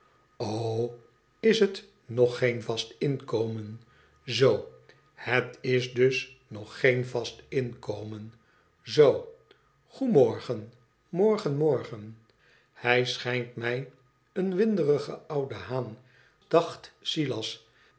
is het nog geen vast inkomen zoo het is dus nog geen vast inkomen zoo g'morgen morden morgen ihij schijnt mij een windenge oude haan dacht silas